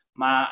ma